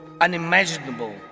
unimaginable